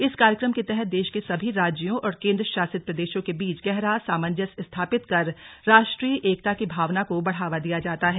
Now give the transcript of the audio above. इस कार्यक्रम के तहत देश के सभी राज्यों और केन्द्रशासित प्रदेशों के बीच गहरा सामंजस्य स्थापित कर राष्ट्रीय एकता की भावना को बढ़ावा दिया जाता है